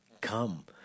come